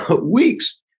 Weeks